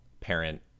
parent